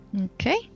Okay